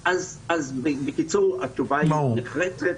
בקיצור, התשובה היא נחרצת: